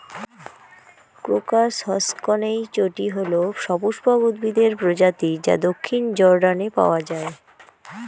crocus হসকনেইচটি হল সপুষ্পক উদ্ভিদের প্রজাতি যা দক্ষিণ জর্ডানে পাওয়া য়ায়